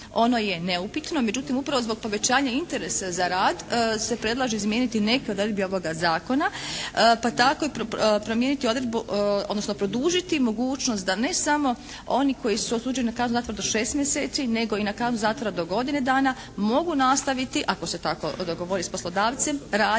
ono je neupitno, međutim upravo zbog povećanja interesa za rad se predlaže izmijeniti neke od odredbi ovoga Zakona pa tako i promijeniti odredbu, odnosno produžiti mogućnost da ne samo oni koji su osuđeni na kaznu zatvora do 6 mjeseci, nego i na kaznu zatvora do godine dana mogu nastaviti, ako se tako dogovori s poslodavcem raditi